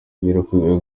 yaherukaga